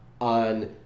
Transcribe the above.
on